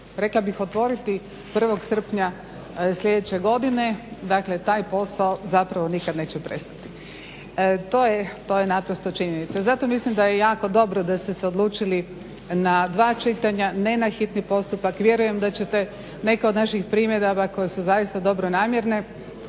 rekla bih otvoriti 1. srpnja sljedeće godine. Dakle, taj posao zapravo nikad neće prestati. To je naprosto činjenica. Zato mislim da je jako dobro da ste se odlučili na dva čitanja, ne na hitni postupak. Vjerujem da ćete neke od naših primjedaba koje su zaista dobronamjerne